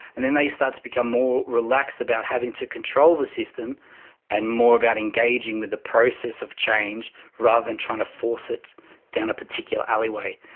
and then they start to become more relaxed about having to control the system and more about engaging with the process of change rather than trying to force it down a particular alleyway.